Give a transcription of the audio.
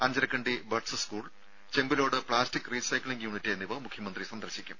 Anjarakandy buds school Chembilode plastic recycling unit എന്നിവ മുഖ്യമന്ത്രി സന്ദർശിക്കും